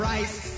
Rice